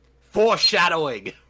Foreshadowing